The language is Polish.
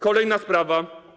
Kolejna sprawa.